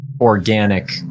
organic